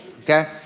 okay